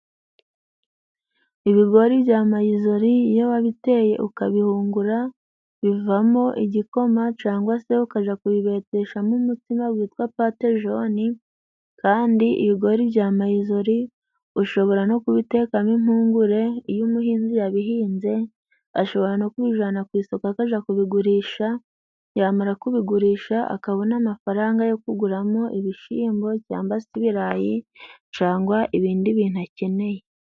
Ibigori bya mayizori iyo wabiteye ukabihungura bivamo igikoma cangwa se ukaja kubibeteshamo umutsima witwa patejoni kandi ibigori bya mayizori ushobora no kubitekamo impungure iyo umuhinzi yabihinze ashobora no kubijana ku isoko akaja kubigurisha yamara kubigurisha akabona amafaranga yo kuguramo ibishimbo cyambase ibirayi cangwa ibindi bintu akeneye.